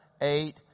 eight